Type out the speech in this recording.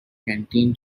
canteen